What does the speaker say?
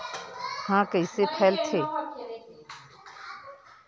ह कइसे फैलथे?